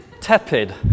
Tepid